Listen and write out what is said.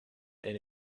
and